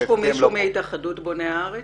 יש פה מישהו מהתאחדות בוני הארץ?